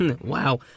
Wow